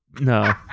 no